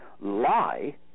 lie